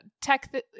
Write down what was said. tech